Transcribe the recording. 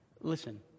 Listen